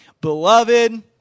Beloved